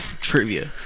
trivia